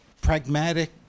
pragmatic